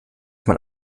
man